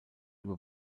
über